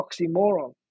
oxymoron